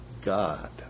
God